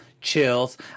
Chills